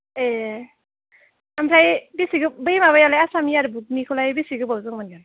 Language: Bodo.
ए ओमफ्राय बेसे गोब बै माबायालाय आसाम एयार बुकनिखौलाय बेसे गोबावजों मोनगोन